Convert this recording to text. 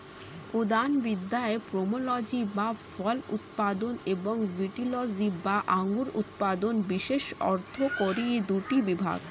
উদ্যানবিদ্যায় পোমোলজি বা ফল উৎপাদন এবং ভিটিলজি বা আঙুর উৎপাদন বিশেষ অর্থকরী দুটি বিভাগ